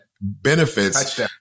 benefits